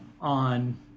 on